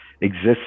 exists